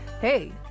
Hey